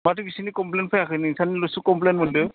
माथो बिसानि क'मफ्लेन फैयाखै नोंसानि ल'सो क'मफ्लेन मोनदो